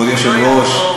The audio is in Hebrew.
כבוד היושב-ראש,